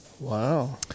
Wow